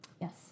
Yes